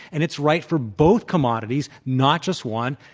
and it's right for both commodities, not just one,